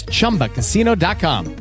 ChumbaCasino.com